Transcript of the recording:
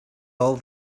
all